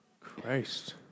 Christ